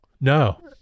No